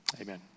amen